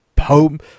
home